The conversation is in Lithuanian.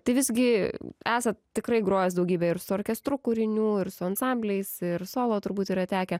tai visgi esat tikrai grojęs daugybę ir su orkestru kūrinių ir su ansambliais ir solo turbūt yra tekę